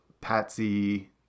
Patsy